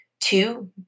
Two